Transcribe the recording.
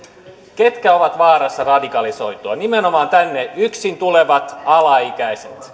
ketkä ovat vaarassa radikalisoitua nimenomaan tänne yksin tulevat alaikäiset